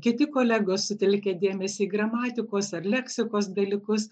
kiti kolegos sutelkę dėmesį į gramatikos ar leksikos dalykus